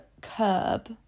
curb